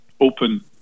open